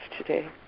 today